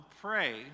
pray